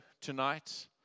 tonight